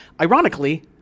Ironically